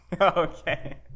Okay